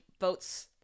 votes